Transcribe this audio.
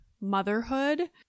motherhood